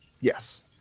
yes